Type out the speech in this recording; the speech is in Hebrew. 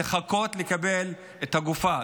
לחכות לקבל את הגופה.